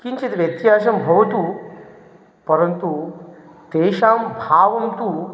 किञ्चिद् व्यत्ययाशं भवतु परन्तु तेषां भावं तु